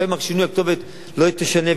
לפעמים שינוי הכתובת לא ישנה,